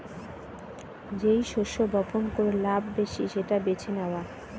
যেই শস্য বপন করে লাভ বেশি সেটা বেছে নেওয়া